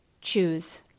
Choose